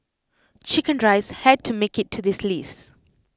Chicken Rice had to make IT to this list